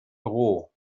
büro